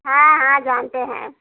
हाँ हाँ जानते हैं